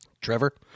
Trevor